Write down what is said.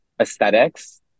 aesthetics